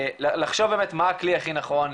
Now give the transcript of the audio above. לחשוב באמת מה הכלי הכי נכון,